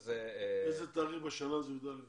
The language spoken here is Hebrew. איזה תאריך בשנה זה י"א בסיון?